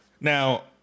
Now